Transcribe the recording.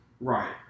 Right